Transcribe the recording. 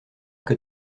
que